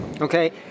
Okay